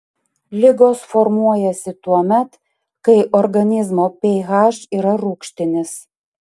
ligos formuojasi tuomet kai organizmo ph yra rūgštinis